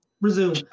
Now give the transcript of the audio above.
Resume